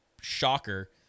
shocker